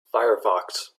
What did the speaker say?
firefox